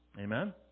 Amen